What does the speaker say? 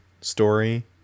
story